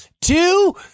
two